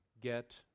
Get